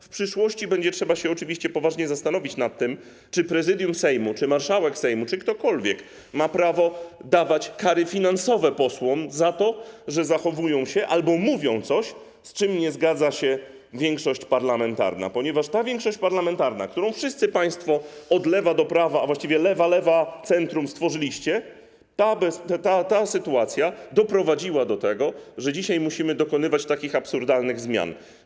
W przyszłości trzeba się będzie oczywiście poważnie zastanowić nad tym, czy Prezydium Sejmu, czy marszałek Sejmu, czy ktokolwiek ma prawo wymierzać kary finansowe posłom za to, że zachowują się albo mówią coś, z czym nie zgadza się większość parlamentarna, ponieważ ta większość parlamentarna, którą wszyscy państwo od lewa do prawa, a właściwie lewa, lewa, centrum stworzyliście, ta sytuacja doprowadziła do tego, że dzisiaj musimy dokonywać takich absurdalnych zmian.